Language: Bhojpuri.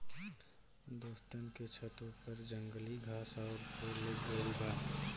दोस्तन के छतों पर जंगली घास आउर फूल उग गइल बा